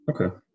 Okay